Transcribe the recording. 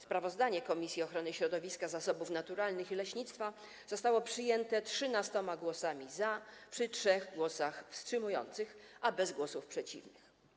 Sprawozdanie Komisji Ochrony Środowiska, Zasobów Naturalnych i Leśnictwa zostało przyjęte 13 głosami za, przy 3 głosach wstrzymujących, a bez głosów przeciwnych.